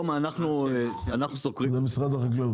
ממשרד החקלאות.